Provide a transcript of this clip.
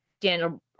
Daniel